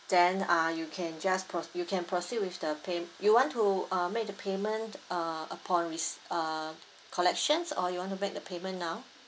then ah you can just pro~ you can proceed with the pay~ you want to uh made the payment uh upon rec~ uh collections or you want to make the payment now